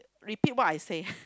repeat what I said